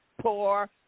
poor